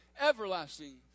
Everlasting